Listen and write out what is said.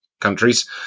countries